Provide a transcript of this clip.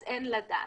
אז אין לדעת.